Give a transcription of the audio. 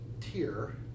tier